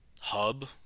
hub